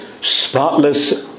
spotless